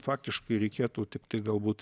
faktiškai reikėtų tiktai galbūt